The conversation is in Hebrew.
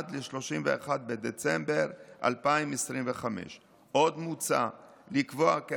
עד 31 בדצמבר 2025. עוד מוצע לקבוע כי